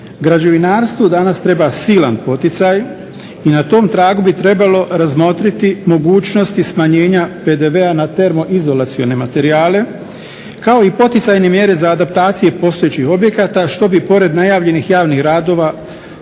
građevinarstvu danas treba silan poticaj i na tom tragu bi trebalo razmotriti mogućnosti smanjenja PDV-a na termoizolacione materijale kao i poticajne mjere za adaptacije postojećih objekata što bi pored najavljenih javnih radova u kojima